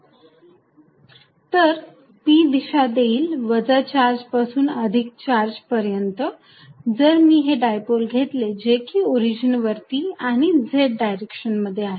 p2qa तर p दिशा देईल वजा चार्ज पासून अधिक चार्ज पर्यंत जर मी हे डायपोल घेतले जे की ओरिजिन वरती आणि z डायरेक्शन मध्ये आहे